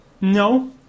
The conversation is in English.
No